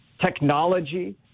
technology